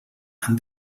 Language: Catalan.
han